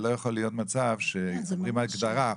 לא יכול להיות מצב שנותנים הגדרה.